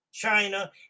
China